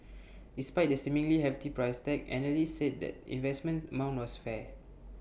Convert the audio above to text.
despite the seemingly hefty price tag analysts said the investment amount was fair